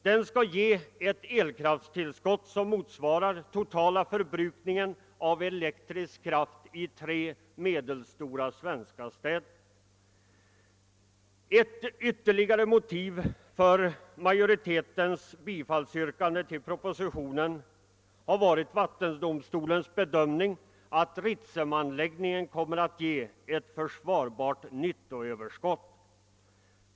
Den skall ge' ett elkraftstillskott som motsvarar den totala förbrukningen av elektrisk kraft i tre medelstora svenska städer. Ett ytterligare motiv för majoritetens yrkande om bifall till propositionen har varit vattendomstolens bedömning att Ritsemanläggningen kommer att ge ett försvarbart nyttoöverskott.